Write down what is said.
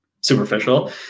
superficial